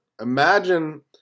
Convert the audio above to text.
Imagine